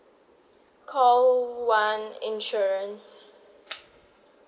call one insurance